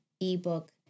ebook